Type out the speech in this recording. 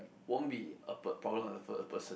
won't be a problem of a a person